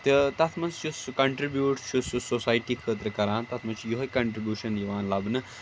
تہٕ تَتھ منٛز چھُ سُہ کَنٹَربِیٛوٗٹ چھُ سُہ سوسایِٹِی خٲطرٕ کران تَتھ منٛز چھِ یِہَے کَنٹَربِیٛوٗشَن یِوان لَبنہٕ